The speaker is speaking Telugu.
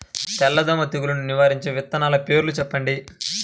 తెల్లదోమ తెగులును నివారించే విత్తనాల పేర్లు చెప్పండి?